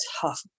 tough